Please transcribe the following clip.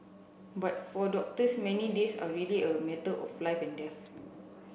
but for doctors many days are really a matter of life and death